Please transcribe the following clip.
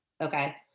Okay